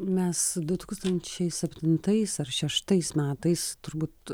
mes du tūkstančiai septintais ar šeštais metais turbūt